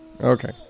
Okay